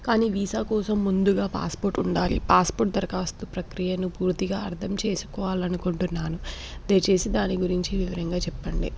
కానీ వీసా కోసం ముందుగా పాస్పోర్ట్ ఉండాలి పాస్పోర్ట్ దరఖాస్తు ప్రక్రియను పూర్తిగా అర్థం చేసుకోవాలి అనుకుంటున్నాను దయచేసి దాని గురించి వివరంగా చెప్పండి